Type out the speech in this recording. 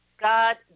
God